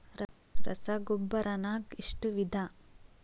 ರಸಗೊಬ್ಬರ ನಾಗ್ ಎಷ್ಟು ವಿಧ?